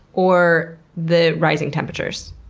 or the rising temperatures?